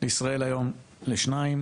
לישראל היום לשניים.